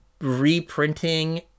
reprinting